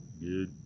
Good